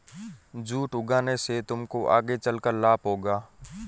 jute उगाने से तुमको आगे चलकर लाभ होगा